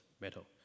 metal